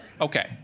Okay